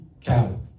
cow